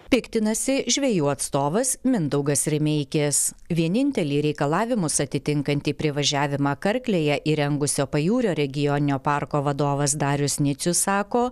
piktinasi žvejų atstovas mindaugas remeikis vieninteliai reikalavimus atitinkantį privažiavimą karklėje įrengusio pajūrio regioninio parko vadovas darius nicius sako